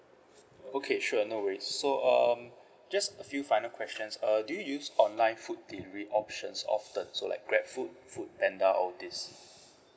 okay sure no worries so um just a few final questions uh do you use online food delivery options often so like Grabfood Foodpanda all this